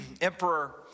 emperor